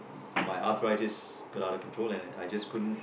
my arthritis got out of control and I just couldn't